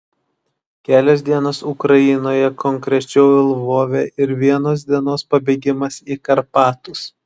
kelios dienos ukrainoje konkrečiau lvove ir vienos dienos pabėgimas į karpatus